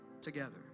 together